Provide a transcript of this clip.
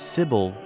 Sybil